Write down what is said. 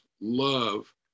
love